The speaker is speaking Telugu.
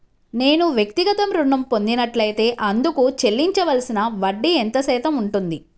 నేను వ్యక్తిగత ఋణం పొందినట్లైతే అందుకు చెల్లించవలసిన వడ్డీ ఎంత శాతం ఉంటుంది?